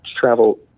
travel